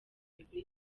mikuru